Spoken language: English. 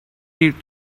need